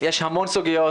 יש המון סוגיות,